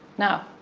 now,